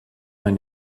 ein